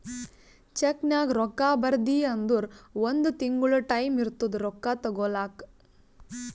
ಚೆಕ್ನಾಗ್ ರೊಕ್ಕಾ ಬರ್ದಿ ಅಂದುರ್ ಒಂದ್ ತಿಂಗುಳ ಟೈಂ ಇರ್ತುದ್ ರೊಕ್ಕಾ ತಗೋಲಾಕ